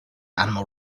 animal